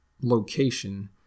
location